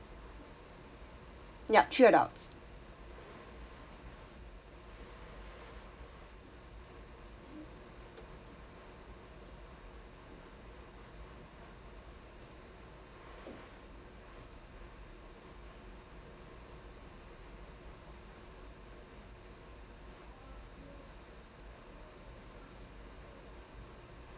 yup three adults